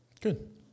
good